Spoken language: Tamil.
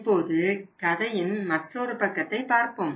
இப்போது கதையின் மற்றொரு பக்கத்தைப் பார்ப்போம்